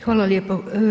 Hvala lijepo.